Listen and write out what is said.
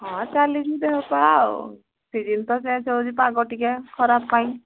ହଁ ଚାଲିଛି ଦେହପାହା ଆଉ ସିଜନ୍ ତ ଚେଞ୍ଜ ହେଉଛି ପାଗ ଟିକେ ଖରାପ ପାଇଁ